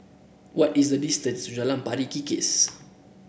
what is the distance to Jalan Pari Kikis